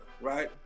right